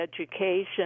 education